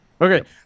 Okay